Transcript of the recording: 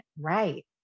Right